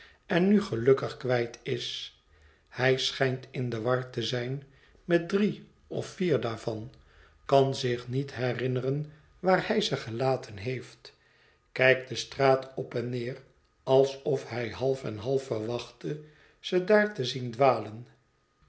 en nu gelukkig kwijt is hij schijnt in de war te zijn met drie of vier daarvan kan zich niet herinneren waar hij ze gelaten heeft kijkt de straat op en neer alsof hij half en half verwachtte ze daar te zien dwalen